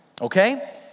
okay